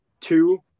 two